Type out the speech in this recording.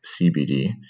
CBD